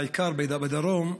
בעיקר בדרום.